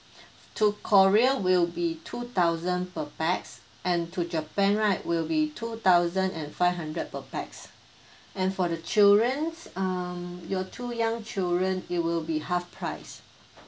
to korea will be two thousand per pax and to japan right will be two thousand and five hundred per pax and for the children um your two young children it will be half price